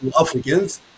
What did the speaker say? Africans